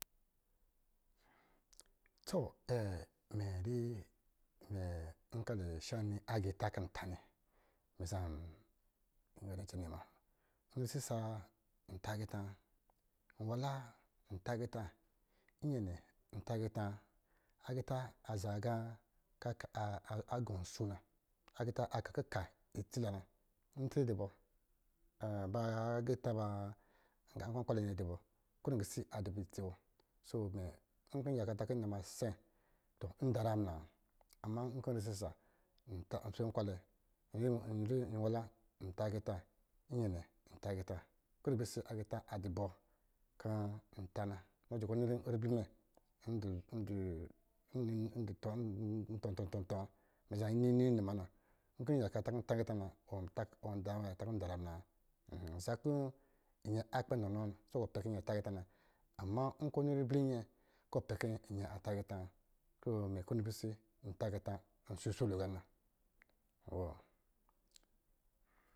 To mɛ dɛ mɛ, nkɔ̄ adɔ agita kɔ̄ nta nnɛ, mɛn za ga nnɛ cɛnɛ muna, isisa nta agita wa, nwala in tagita, nyɛnɛ nta agita wa. Agita aza aga agɔ nsɔ na, agita kakika itsila na. ntri dɔ bɔ ba agita ba nkwankwalɛ dubɔ ko wini ngisi adɔ bɔ itsi bɔ so nkɔ̄ zakaa kɔ̄ inu asɛ tɔ ndara amla, ama kɔ̄ n ri isise nswen kwalɛ, li nwala n ta agita, nyɛnɛ nta agita, ko wini ipɛrɛ isi agita dubɔ kɔ̄ nta na, nɔ jɛ kɔ̄ ɔ ni ribli mɛ n tɔn-tɔn-tɔn-tɔn wa, zaa inu inuma na, nkɔ̄ yaka kɔ̄ nta agita na yaka mɛ tana kɔ̄ ndara mla wa za kɔ̄ yɛ kpɛ nɔnɔ, kɔ̄ pɛ kɔ̄ nyɛ ta agita na. Ama nkɔ̄ nini ribli nyɛ kɔ̄ pɛ kɔ̄nyɛ ata agita wa kow ipɛrɛ isi nta agita nsilolo ga ki na nwoo.